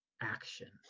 action